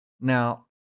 Now